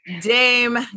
Dame